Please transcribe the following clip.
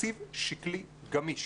בתקציב שקלי גמיש